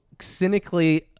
cynically